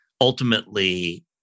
ultimately